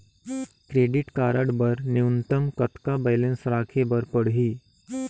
Credit card बर न्यूनतम कतका बैलेंस राखे बर पड़ही?